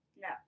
No